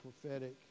prophetic